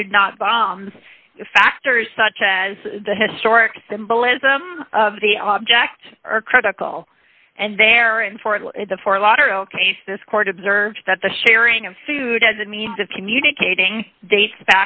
food not bombs factors such as the historic symbolism of the object are critical and there and for the for lauderdale case this court observed that the sharing of food as a means of communicating dates